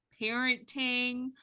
parenting